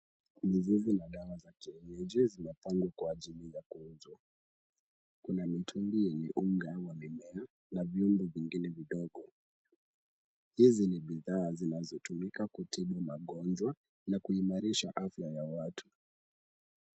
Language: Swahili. Mizizi na dawa za kienyeji zimepangwa kwa ajili ya kuuzwa. Kuna mitungi yenye unga wa mimea na mitungi yenye viungo vingine vidogo. Hizi ni bidhaa zinazotumika kutibu magonjwa na kuimarisha afya ya watu.